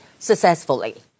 Successfully